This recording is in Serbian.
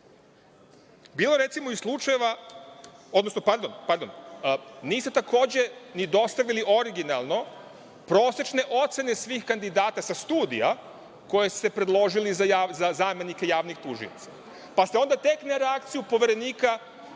je recimo i slučajeva, odnosno, pardon, niste takođe ni dostavili originalno, prosečne ocene svih kandidata sa studija koje ste predložili za zamenike javnih tužioca. Pa, ste onda tek na reakciju Poverenika